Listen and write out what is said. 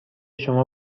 شما